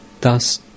Thus